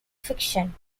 fiction